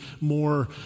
more